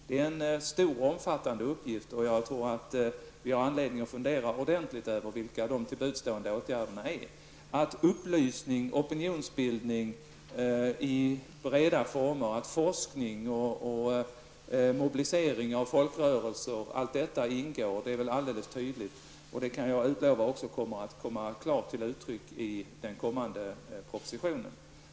Det är en omfattande uppgift, och jag tror att vi har anledning att ordentligt fundera vilka de till buds stående åtgärderna är. Att upplysning, opinionsbildning i breda former, forskning och mobilisering av folkrörelser ingår är alldeles tydligt. Det kommer klart till uttryck också i den kommande propositionen.